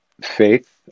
faith